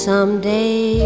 Someday